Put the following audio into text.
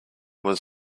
was